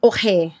Okay